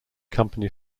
company